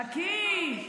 חכי.